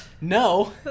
no